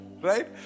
right